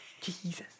Jesus